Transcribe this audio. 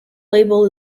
label